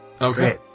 Okay